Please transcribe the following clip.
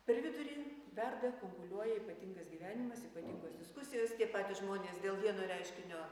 per vidurį verda kunkuliuoja ypatingas gyvenimas ypatingos diskusijos tie patys žmonės dėl vieno reiškinio